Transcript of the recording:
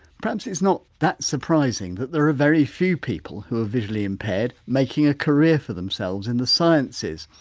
perhaps it's not that surprising that there are very few people who are visually impaired making a career for themselves in the sciences.